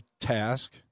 task